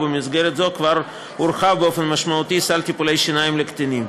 ובמסגרת זו כבר הורחב באופן משמעותי סל טיפולי השיניים לקטינים.